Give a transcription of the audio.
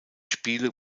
spiele